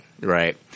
right